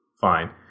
fine